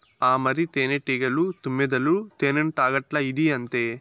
ఆ మరి, తేనెటీగలు, తుమ్మెదలు తేనెను తాగట్లా, ఇదీ అంతే